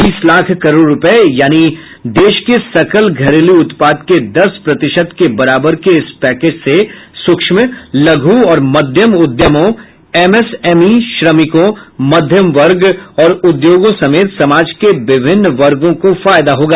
बीस लाख करोड रुपए यानी देश के सकल घरेलू उत्पाद के दस प्रतिशत के बराबर के इस पैकेज से सूक्ष्म लघु और मध्यम उद्यमों एमएसएमई श्रमिकों मध्यम वर्ग और उद्योगों समेत समाज के विभिन्न वर्गों को फायदा होगा